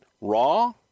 Raw